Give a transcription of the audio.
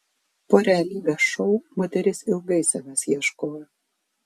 po realybės šou moteris ilgai savęs ieškojo